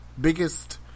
biggest